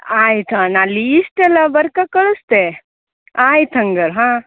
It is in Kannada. ಆಯಿತು ಹಾಂ ನಾನು ಲೀಸ್ಟ್ ಎಲ್ಲ ಬರ್ಕೊ ಕಳಿಸ್ತೇ ಆಯ್ತು ಹಂಗಾರೆ ಹಾಂ